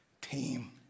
team